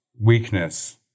weakness